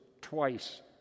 twice